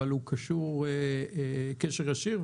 אבל הוא קשור קשר ישיר.